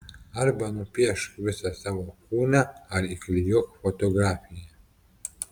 arba nupiešk visą savo kūną ar įklijuok fotografiją